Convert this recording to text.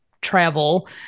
travel